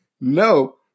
No